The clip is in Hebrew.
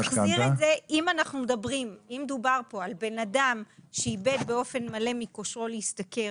אם דובר פה על בן אדם שאיבד באופן מלא מכושרו להשתכר,